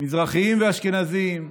מזרחים ואשכנזים,